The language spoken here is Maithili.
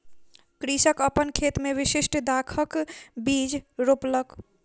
कृषक अपन खेत मे विशिष्ठ दाखक बीज रोपलक